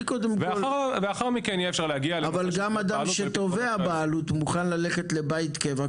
אבל גם אדם שתובע בעלות מוכן ללכת לבית קבע.